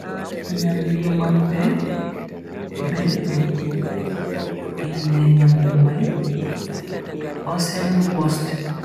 Nyamdu mabbe beldum, inde nyamdu mai ossenworst.